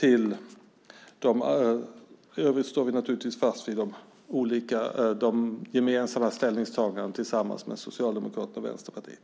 I övrigt står vi naturligtvis fast vid de ställningstaganden vi gjort tillsammans med Socialdemokraterna och Vänsterpartiet.